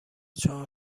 چهار